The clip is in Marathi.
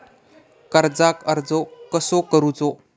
कर्जाक अर्ज कसो करूचो?